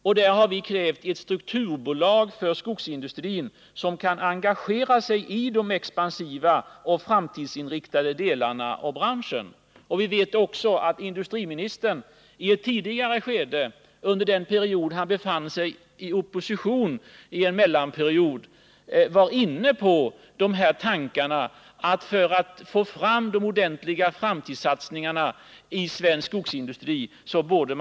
Härvidlag har vi krävt att ett strukturbolag bildas för skogsindustrin, som kan engagera sig i de expansiva och framtidsinriktade delarna av branschen. Vi vet att industriministern i ett tidigare skede, nämligen under den mellanperiod då han befann sig i oppositionsställning, var inne på tanken att låta ett övergripande bolag ta initiativ till de ordentliga framtidssatsningar inom svensk skogsindustri som behövs.